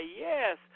Yes